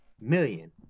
million